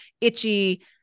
itchy